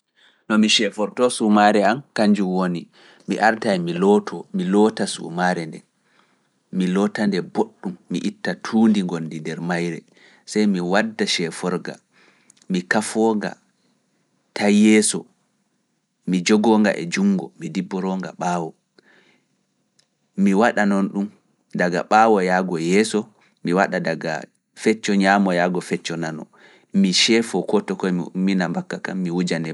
No mi sheforto sumaare an kanjum woni, mi arta e mi looto, mi loota sumaare nde, mi loota nde boɗɗum, mi itta tuundi ngondi nder mayre, sey mi wadda sheforga, mi kafoonga, tay yeeso, mi jogooga e junngo, mi dibboonga ɓaawo, mi waɗa noon ɗum daga ɓaawoyaago yeeso, mi waɗa daga fecco ñaamoyago fecco nano, mi sheefo koto koye miina bakka kam, mi wuja nebbam.